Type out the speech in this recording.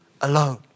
alone